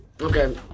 okay